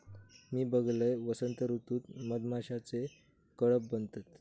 मी बघलंय, वसंत ऋतूत मधमाशीचे कळप बनतत